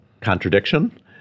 contradiction